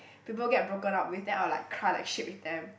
people get broken up with then I will like cry like shit with them